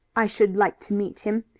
i should like to meet him.